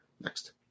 Next